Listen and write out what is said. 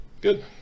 good